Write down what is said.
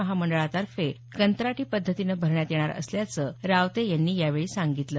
महामंडळातर्फे कंत्राटी पद्धतीनं भरण्यात येणार असल्याचं रावते यांनी यावेळी सांगितलं